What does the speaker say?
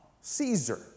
Caesar